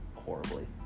horribly